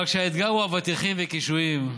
אבל כשהאתגר הוא אבטיחים וקישואים,